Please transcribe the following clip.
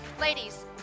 ladies